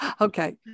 Okay